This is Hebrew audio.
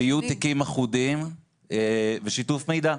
שיהיו תיקים אחודים ושיתוף מידע.